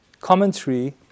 commentary